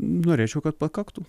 norėčiau kad pakaktų